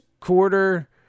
quarter